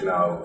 Now